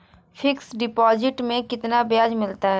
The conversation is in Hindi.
फिक्स डिपॉजिट में कितना ब्याज मिलता है?